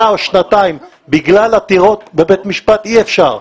או לשנתיים בגלל עתירות בבית משפט אי אפשר.